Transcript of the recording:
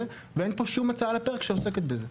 ואין פה על הפרק שום הצעה שעוסקת בזה?